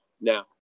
now